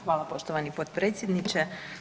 Hvala poštovani potpredsjedniče.